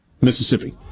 Mississippi